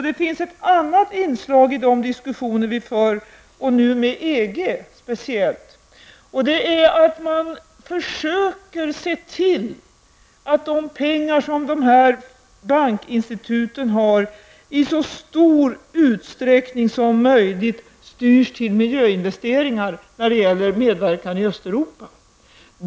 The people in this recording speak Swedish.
Det finns ett annat inslag i dessa diskussioner, speciellt nu med EG. Man skall försöka se till att de pengar som dessa bankinstitut har i så stor utsträckning som möjligt styrs till miljöinvesteringar när det gäller medverkan i Östeuropa.